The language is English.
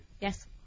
Yes